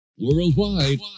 Worldwide